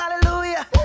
hallelujah